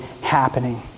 happening